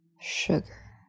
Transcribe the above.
sugar